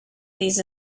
these